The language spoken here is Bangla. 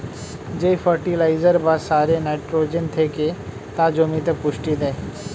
যেই ফার্টিলাইজার বা সারে নাইট্রোজেন থেকে তা জমিতে পুষ্টি দেয়